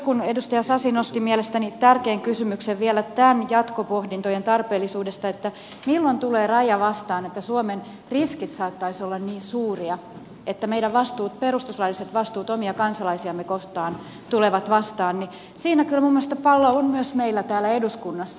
kun edustaja sasi nosti mielestäni sen tärkeän kysymyksen vielä jatkopohdintojen tarpeellisuudesta milloin tulee raja vastaan että suomen riskit saattaisivat olla niin suuria että meidän perustuslailliset vastuumme omia kansalaisiamme kohtaan tulevat vastaan niin siinä kyllä minun mielestäni pallo on myös meillä täällä eduskunnassa